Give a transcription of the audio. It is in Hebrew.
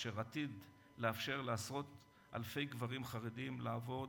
אשר עתיד לאפשר לעשרות אלפי גברים חרדים לעבוד